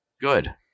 Good